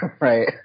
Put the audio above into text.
Right